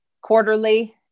quarterly